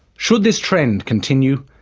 should this trend continue,